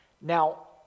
Now